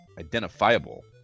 identifiable